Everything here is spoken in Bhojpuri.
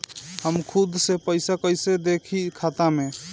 हम खुद से पइसा कईसे देखी खाता में?